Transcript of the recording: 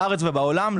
בארץ ובעולם,